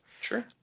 Sure